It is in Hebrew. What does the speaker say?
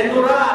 זה נורא,